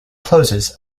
closes